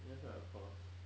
it's just right across